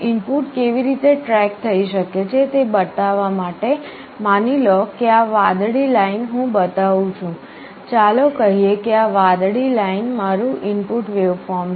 input કેવી રીતે track થઇ શકે છે તે બતાવવા માટે માની લો કે આ વાદળી લાઈન હું બતાવું છું ચાલો કહીએ કે આ વાદળી લાઈન મારું ઇનપુટ વેવફોર્મ છે